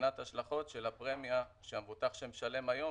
מבחינת השלכות של הפרמיה שהמבוטח שמשלם היום,